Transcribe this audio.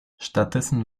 stattdessen